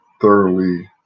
thoroughly